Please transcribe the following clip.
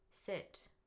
Sit